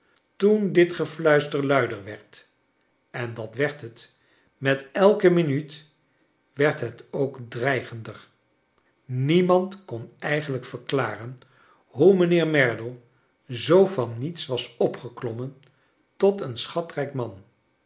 toen dit gefluister luider werd en dat werd het met elke minuut werd het ook dreigender niemand kon eigenlijk verklaren hoe mijnheer merdle zoo van niets was opgeklommen tot een schatrijk man